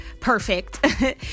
perfect